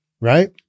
right